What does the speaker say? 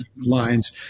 lines